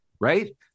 Right